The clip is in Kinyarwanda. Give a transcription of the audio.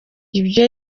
ibyo